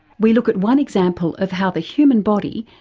we look at one example of how the human body,